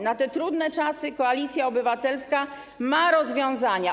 Na te trudne czasy Koalicja Obywatelska ma rozwiązania.